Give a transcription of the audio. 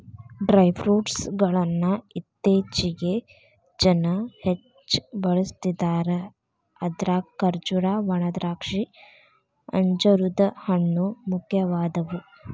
dry fruit ಗಳ್ಳನ್ನ ಇತ್ತೇಚಿಗೆ ಜನ ಹೆಚ್ಚ ಬಳಸ್ತಿದಾರ ಅದ್ರಾಗ ಖರ್ಜೂರ, ಒಣದ್ರಾಕ್ಷಿ, ಅಂಜೂರದ ಹಣ್ಣು, ಮುಖ್ಯವಾದವು